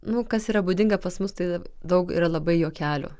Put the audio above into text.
nu kas yra būdinga pas mus tai daug yra labai juokelių